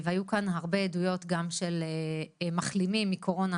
היו כאן גם הרבה עדויות של מחלימים מקורונה